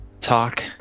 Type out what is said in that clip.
talk